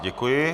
Děkuji.